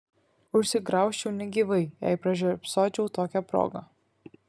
užsigraužčiau negyvai jei pražiopsočiau tokią progą